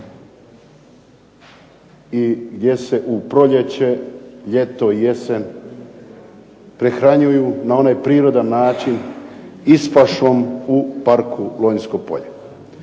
i gdje se u proljeće, ljeto i jesen prehranjuju na onaj prirodan način ispašom u parku Lonjsko polje.